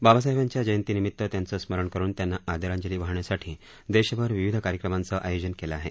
बाबासाहेबांच्या जयंतीनिमित्त त्यांचं स्मरण करून त्यांना आदरांजली वाहण्यासाठी देशभर विविध कार्यक्रमांचं आयोजन केलं आहे